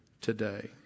today